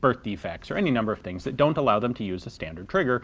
birth defects or any number of things that don't allow them to use a standard trigger.